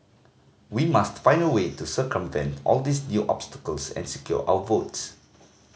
we must find a way to circumvent all these new obstacles and secure our votes